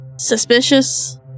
suspicious